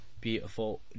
beautiful